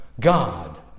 God